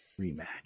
rematch